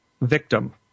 victim